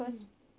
hmm